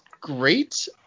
great